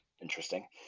interesting